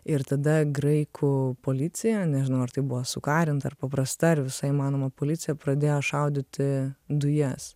ir tada graikų policija nežinau ar tai buvo sukarinta ar paprasta ir visa įmanoma policija pradėjo šaudyti dujas